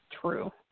True